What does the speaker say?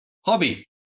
hobby